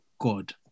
God